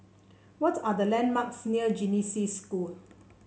what are the landmarks near Genesis School